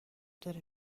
داره